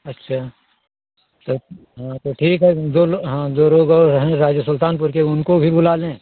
अच्छा तो हाँ तो ठीक है दो लो हाँ दो लोग और हैं राज्य सुल्तानपुर के उनको भी बुला लें